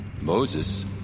Moses